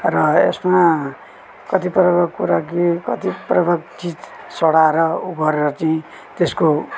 र यसमा कति प्रकार कुरा के कति प्रकार चिज सडाएर ऊ गरेर चाहिँ त्यसको